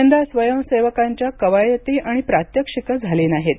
यंदा स्वयंसेवकांच्या कवायती आणि प्रात्यक्षिके झाली नाहीत